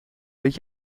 weet